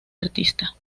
artista